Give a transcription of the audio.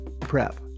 prep